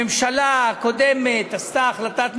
הממשלה הקודמת עשתה החלטת ממשלה,